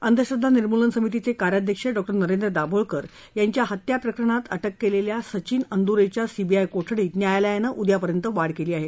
अंधश्रद्वा निर्मूलन समितीचे कार्याध्यक्ष डॉक्टर नरेंद्र दाभोळकर यांच्या हत्या प्रकरणात अटक केलेल्या सचिन अंद्रेच्या सीबीआय कोठडीत न्यायालयानं उद्यापर्यंत वाढ केली आहे